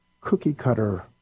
cookie-cutter